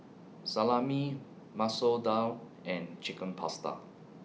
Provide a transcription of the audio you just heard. Salami Masoor Dal and Chicken Pasta